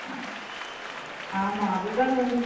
ஆ ஆமாம் அது தான் கொஞ்சம்